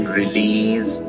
release